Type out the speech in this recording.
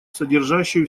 содержащую